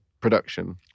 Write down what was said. Production